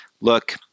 look